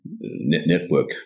network